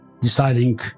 deciding